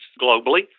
globally